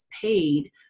paid